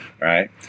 Right